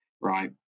right